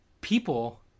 people